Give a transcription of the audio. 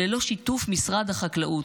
ללא שיתוף משרד החקלאות.